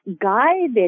guided